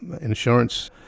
insurance